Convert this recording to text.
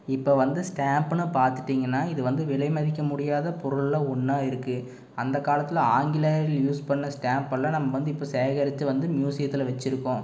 இப்போ வந்து ஸ்டாம்ப்புனு பார்த்துட்டிங்கன்னா இது வந்து விலை மதிக்க முடியாத பொருள்ல ஒன்றா இருக்குது அந்த காலத்தில் ஆங்கிலேயர்கள் யூஸ் பண்ண ஸ்டாம்ப்பெலாம் நம்ம வந்து இப்போ சேகரிச்சு வந்து மியூசியத்தில் வச்சிருக்கோம்